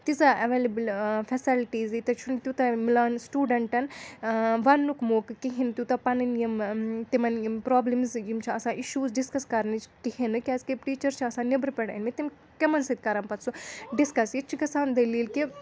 تیٖژاہ available facilities ییٚتیٚتھ چھُنہٕ تیوٗتاہ مِلان سٹوٗڈَنٹَن وَننُک موقعہٕ کِہیٖنۍ تیوٗتاہ پَنٕنۍ یِم تِمَن یِم پرٛابلِمٕز یِم چھِ آسان اِشوٗز ڈِسکَس کَرنٕچ کِہیٖنۍ نہٕ کیٛازِکہِ ٹیٖچَر چھِ آسان نیٚبرٕ پؠٹھ أنۍ مٕتۍ تِم کَمَن سۭتۍ کَرَن پَتہٕ سُہ ڈِسکَس ییٚتہِ چھِ گژھان دٔلیٖل کہِ